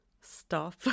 Stop